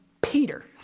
Peter